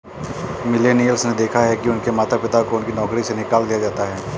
millennials ने देखा है कि उनके माता पिता को उनकी नौकरी से निकाल दिया जाता है